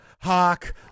hawk